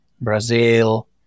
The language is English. Brazil